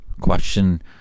Question